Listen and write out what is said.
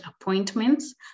appointments